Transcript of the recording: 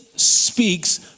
speaks